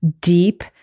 deep